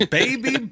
baby